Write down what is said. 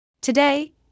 Today